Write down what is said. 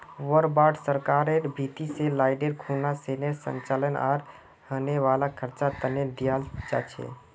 war bond सरकारेर भीति से लडाईर खुना सैनेय संचालन आर होने वाला खर्चा तने दियाल जा छे